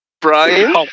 Brian